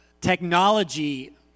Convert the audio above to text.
technology